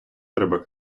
треба